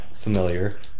familiar